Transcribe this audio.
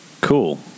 Cool